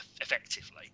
effectively